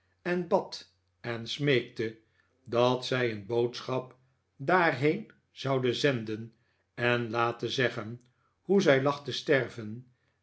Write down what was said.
en bad en smeekte dat zij een boodschap daarheen zouden zenden en laten zeggen hoe zij lag te sterven